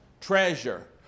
treasure